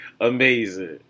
Amazing